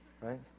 right